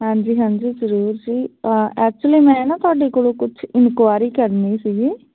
ਹਾਂਜੀ ਹਾਂਜੀ ਜ਼ਰੂਰ ਜੀ ਐਕਚੁਲੀ ਮੈਂ ਨਾ ਤੁਹਾਡੇ ਕੋਲੋਂ ਕੁਛ ਇਨਕੁਇਰੀ ਕਰਨੀ ਸੀਗੀ